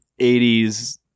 80s